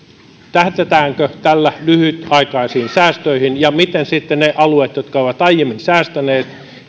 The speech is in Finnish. tähdätäänkö tällä lyhytaikaisiin säästöihin ja onko sitten niillä alueilla jotka ovat aiemmin säästäneet